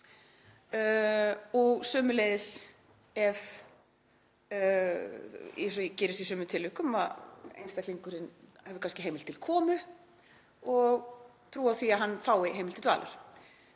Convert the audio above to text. Sömuleiðis eins og gerist í sumum tilvikum, að einstaklingurinn hefur kannski heimild til komu og trú á því að hann fái heimild til dvalar.